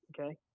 okay